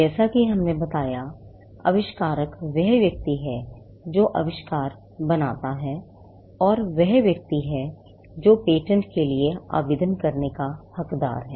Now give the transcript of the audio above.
जैसा कि हमने बताया आविष्कारक वह व्यक्ति है जो आविष्कार बनाता है और वह व्यक्ति है जो पेटेंट के लिए आवेदन करने का हकदार है